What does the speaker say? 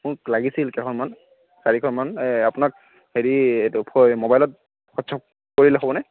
মোক লাগিছিল কেইখনমান চাৰিখনমান আপোনাক হেৰি এইটো ফৰ মোবাইলত হোৱাটছএপ কৰিলে হ'বনে